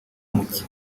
muke